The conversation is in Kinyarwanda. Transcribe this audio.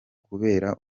kubera